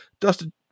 Dustin